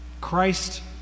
Christ